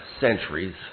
centuries